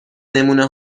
نمونه